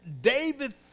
David